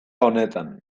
honetan